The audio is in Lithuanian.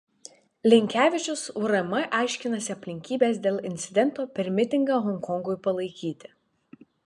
linkevičius urm aiškinasi aplinkybes dėl incidento per mitingą honkongui palaikyti